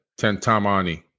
Tentamani